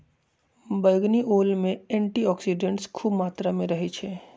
बइगनी ओल में एंटीऑक्सीडेंट्स ख़ुब मत्रा में रहै छइ